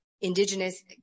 Indigenous